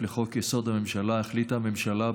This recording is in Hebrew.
לחוק-יסוד: הממשלה החליטה הממשלה,